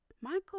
michael